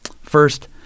First